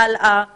הלאה בעתיד.